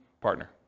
partner